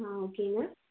ஆ ஓகேங்க